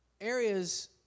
areas